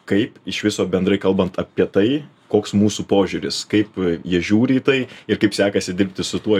kaip iš viso bendrai kalbant apie tai koks mūsų požiūris kaip jie žiūri į tai ir kaip sekasi dirbti su tuo